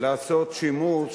לעשות שימוש